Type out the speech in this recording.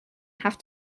have